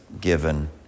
given